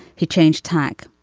he changed tack.